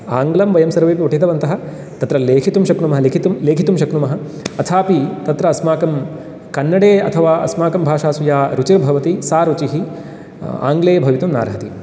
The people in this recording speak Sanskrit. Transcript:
आङ्ग्लं वयं सर्वे पठितवन्तः तत्र लेखितुं शक्नुमः लिखितुं लेखितुं शक्नुमः अथापि तत्र अस्माकं कन्नडे अथवा अस्माकं भाषासु या रुचिर्भवति सा रुचिः आङ्ग्ले भवितुं नार्हति